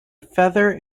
feather